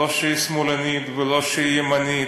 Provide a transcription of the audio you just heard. לא שהיא שמאלנית ולא שהיא ימנית,